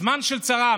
זמן של צרה,